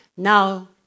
Now